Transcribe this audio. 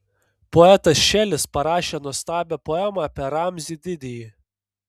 poetas šelis parašė nuostabią poemą apie ramzį didįjį